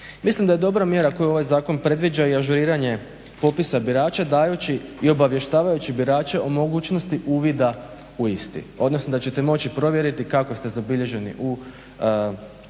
Mislim da je dobra mjera koju ovaj zakon predviđa i ažuriranje popisa birača dajući i obavještavajući birače o mogućnosti uvida u isti odnosno da ćete moći provjeriti kako ste zabilježeni u